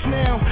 now